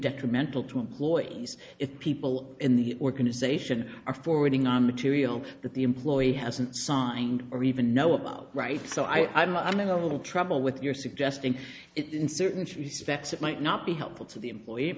detrimental to employees if people in the organization are forwarding on material that the employee hasn't signed or even know about right so imo i'm going a little trouble with your suggesting it in certain respects it might not be helpful to the employe